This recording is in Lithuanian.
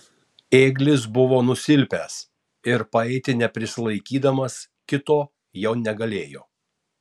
ėglis buvo nusilpęs ir paeiti neprisilaikydamas kito jau negalėjo